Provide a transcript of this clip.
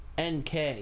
NK